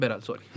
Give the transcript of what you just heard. Sorry